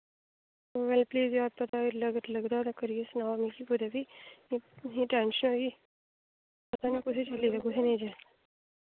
पता लगदा ते करियै सनाओ मिगी कुतै बी असें गी टैंशन ऐ कि पता निं कु'त्थै चली गेआ ते कु'त्थै निं चली